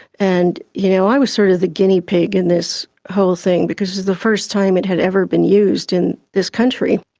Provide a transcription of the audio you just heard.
and you know i was sort of the guinea pig in this whole thing because it was the first time it had ever been used in this country.